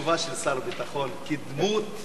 שר הביטחון כדמות משרה על העם ועל המדינה.